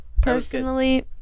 Personally